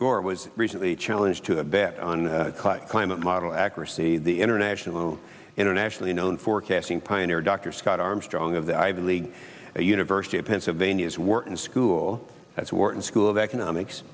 gore was recently challenge to a bet on climate model accuracy the international internationally known forecasting pioneer dr scott armstrong of the ivy league a university of pennsylvania's wharton school that's wharton school of economics